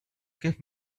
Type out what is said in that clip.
give